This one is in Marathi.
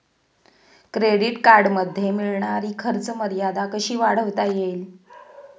क्रेडिट कार्डमध्ये मिळणारी खर्च मर्यादा कशी वाढवता येईल?